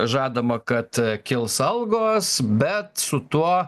žadama kad kils algos bet su tuo